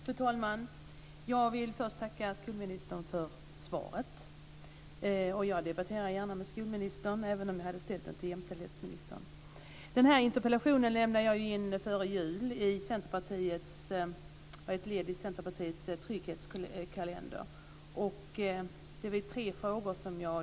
Fru talman! Jag vill först tacka skolministern för svaret. Jag debatterar gärna med skolministern, även om jag hade ställt interpellationen till jämställdhetsministern. Jag lämnade in den här interpellationen före jul som ett led i Centerpartiets trygghetskalender. Jag har ställt tre frågor.